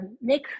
Nick